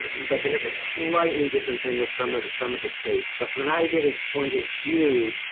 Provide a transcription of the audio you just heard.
but they have a slightly different thing with some some of the tastes. but from an ayurvedic point of view,